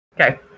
okay